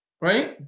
right